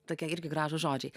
tokie irgi gražūs žodžiai